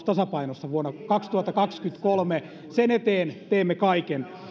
tasapainossa vuonna kaksituhattakaksikymmentäkolme sen eteen teemme kaiken